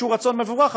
שהוא רצון מבורך,